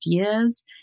ideas